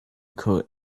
coat